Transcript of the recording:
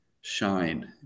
shine